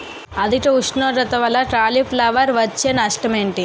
అధిక ఉష్ణోగ్రత వల్ల కాలీఫ్లవర్ వచ్చే నష్టం ఏంటి?